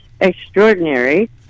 extraordinary